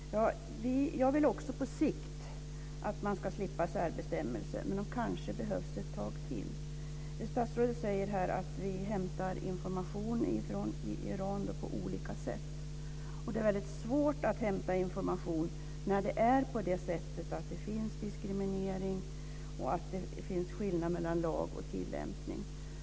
Fru talman! Jag vill också på sikt att man ska slippa särbestämmelser, men de kanske behövs ett tag till. Statsrådet säger här att vi hämtar information från Iran på olika sätt. Och det är väldigt svårt att hämta information när det finns diskriminering och när det är skillnad mellan lag och tillämpning.